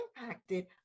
impacted